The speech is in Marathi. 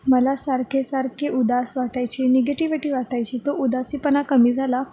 मला सारखे सारखे उदास वाटायचे निगेटिव्हिटी वाटायची तो उदासीपणा कमी झाला